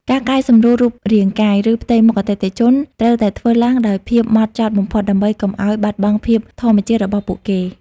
ការកែសម្រួលរូបរាងកាយ ឬផ្ទៃមុខអតិថិជន ត្រូវតែធ្វើឡើងដោយភាពម៉ត់ចត់បំផុត ដើម្បីកុំឱ្យបាត់បង់ភាពធម្មជាតិរបស់ពួកគេ។